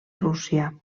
rússia